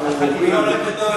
אנחנו עוברים,